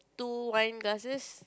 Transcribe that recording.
two wine glasses